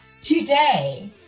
Today